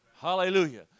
Hallelujah